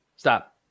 Stop